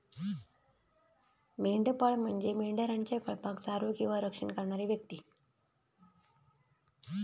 मेंढपाळ म्हणजे मेंढरांच्या कळपाक चारो किंवा रक्षण करणारी व्यक्ती